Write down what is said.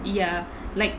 ya like